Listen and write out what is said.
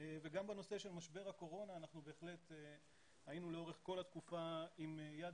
גם בנושא של משבר הקורונה היינו לאורך כל התקופה עם יד